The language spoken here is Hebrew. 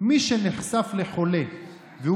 שיח שוטף עם